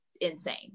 insane